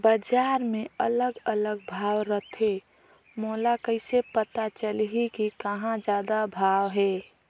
बजार मे अलग अलग भाव रथे, मोला कइसे पता चलही कि कहां जादा भाव हे?